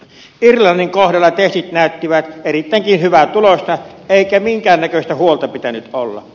irlannin kohdalla testit näyttivät erittäinkin hyvää tulosta eikä minkäännäköistä huolta pitänyt olla